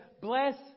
bless